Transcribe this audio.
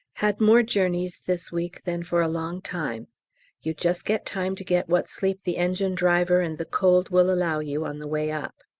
had more journeys this week than for a long time you just get time to get what sleep the engine-driver and the cold will allow you on the way up.